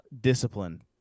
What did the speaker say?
discipline